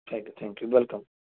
thank you thank you welcome